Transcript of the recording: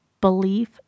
belief